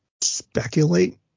speculate